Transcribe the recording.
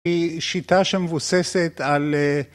‫היא שיטה שמבוססת על...